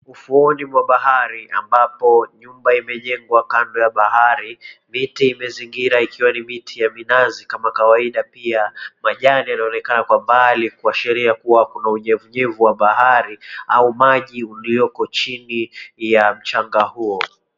Ufuoni mwa bahari ambapo nyumba imejengwa kando ya bahari. Miti imezingira ikiwa ni miti ya minazi kama kawaida pia majani yanaonekana kwa mbali kuashiria kuwa kuna unyevunyevu wa bahari au maji ulioko chini ya mchanga huo.